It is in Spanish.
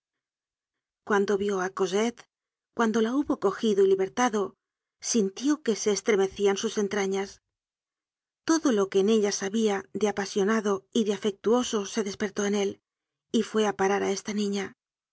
cuando vió á cosette cuando la hubo cogido y libertado sintió que se estremecian sus entrañas todo lo que en ellas habia de apasionado y de afectuoso se despertó en él y fué á parar á esta niña